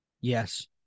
Yes